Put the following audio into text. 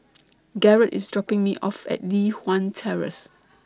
Garrett IS dropping Me off At Li Hwan Terrace